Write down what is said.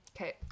okay